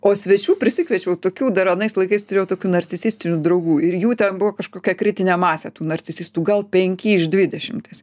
o svečių prisikviečiau tokių dar anais laikais turėjau tokių narcisistinių draugų ir jų ten buvo kažkokia kritinė masė tų narcisistų gal penki iš dvidešimties